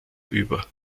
über